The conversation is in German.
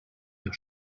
der